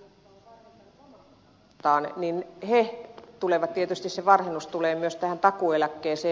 jotka ovat varhentaneet omasta tahdostaan tietysti se varhennus tulee myös tähän takuueläkkeeseen